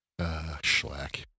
Schlack